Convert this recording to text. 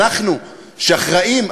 אנחנו שאחראים,